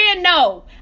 no